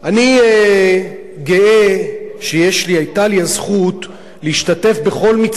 אני גאה שהיתה לי הזכות להשתתף בכל מצעדי